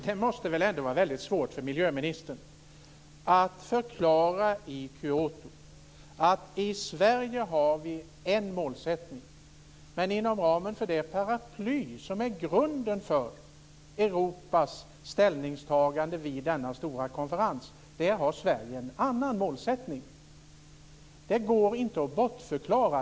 Det måste väl ändå vara väldigt svårt för miljöministern att förklara i Kyoto att i Sverige har vi en målsättning, men inom ramen för det paraply som är grunden för Europas ställningstagande vid denna stora konferens har Sverige en annan målsättning. Det går inte att bortförklara.